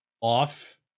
off